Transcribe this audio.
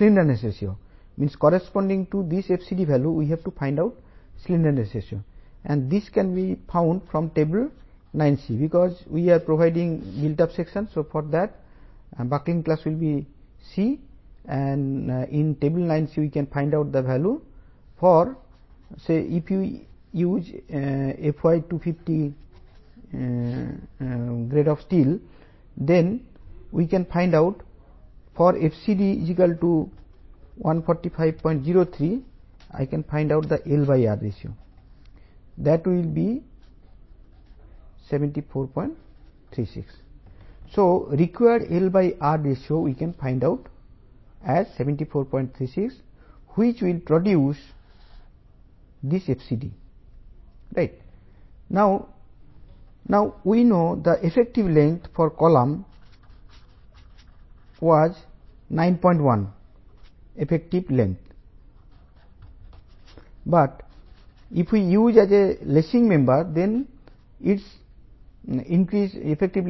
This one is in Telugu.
సెక్షన్ పరిమాణం ఎలా ఉండాలి మరియు రెండు యాంగిల్స్ మధ్య స్పేసింగ్ ఎలా ఉండాలి అనేది తెలుసుకోవాలి